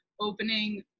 opening